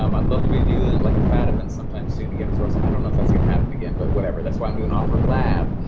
um i'd love to review and like a fat event sometime soon. again russell, i don't know if that's gonna happen again, but whatever. that's why i'm doing offer lab.